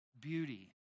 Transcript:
beauty